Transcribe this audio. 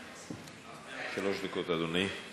שלוש דקות, אדוני.